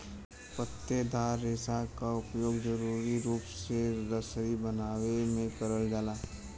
पत्तेदार रेसा क उपयोग जरुरी रूप से रसरी बनावे में करल जाला